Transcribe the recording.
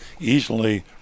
easily